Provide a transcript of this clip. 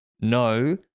no